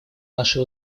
нашей